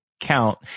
count